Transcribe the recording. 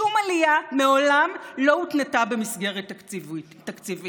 שום עלייה מעולם לא הותנתה במסגרת תקציבית.